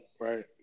right